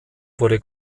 wurde